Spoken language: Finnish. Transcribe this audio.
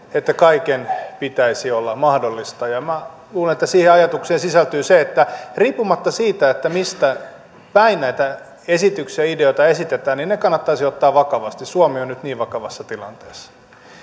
että kaiken pitäisi olla mahdollista minä luulen että siihen ajatukseen sisältyy se että riippumatta siitä mistä päin näitä esityksiä ja ideoita esitetään ne kannattaisi ottaa vakavasti suomi on nyt niin vakavassa tilanteessa